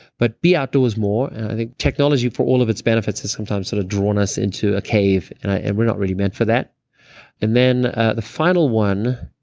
but be outdoors more i think technology for all of its benefits has sometimes sort of drawn us into a cave and and we're not really meant for that and then the final one,